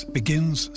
begins